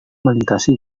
melintasi